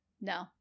No